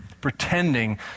pretending